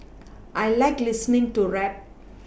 I like listening to rap